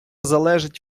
залежить